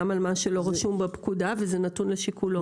גם על מה שלא רשום בפקודה וזה נתון לשיקולו.